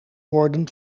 worden